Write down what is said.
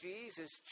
Jesus